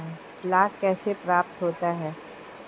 लाख कैसे प्राप्त होता है?